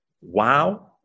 wow